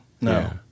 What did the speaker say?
No